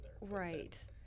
Right